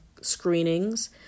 screenings